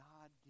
God